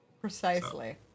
Precisely